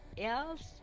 else